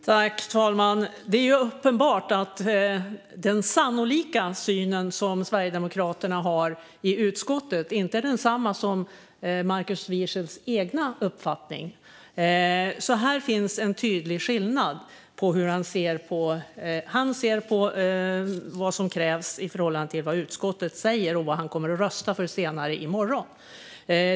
Fru talman! Det är ju uppenbart att Sverigedemokraternas sannolika syn i utskottet inte är densamma som Markus Wiechels egen uppfattning. Det finns en tydlig skillnad när det gäller hur han ser på vad som krävs i förhållande till vad utskottet säger och vad han kommer att rösta för i morgon.